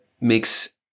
makes